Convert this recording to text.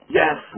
yes